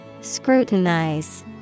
Scrutinize